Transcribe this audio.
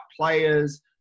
players